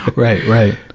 right, right.